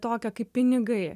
tokią kaip pinigai